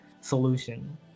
solution